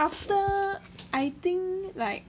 after I think like